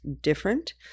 different